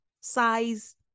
size